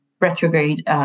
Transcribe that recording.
retrograde